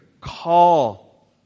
call